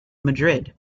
madrid